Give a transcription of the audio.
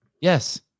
Yes